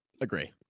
agree